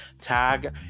tag